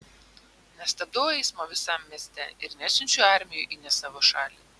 nestabdau eismo visam mieste ir nesiunčiu armijų į ne savo šalį